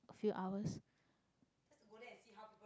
a few hours